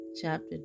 chapter